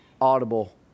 audible